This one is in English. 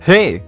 Hey